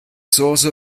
source